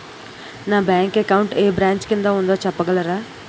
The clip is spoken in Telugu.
నా బ్యాంక్ అకౌంట్ ఏ బ్రంచ్ కిందా ఉందో చెప్పగలరా?